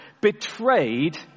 betrayed